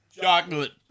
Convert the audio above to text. Chocolate